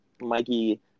Mikey